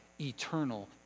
eternal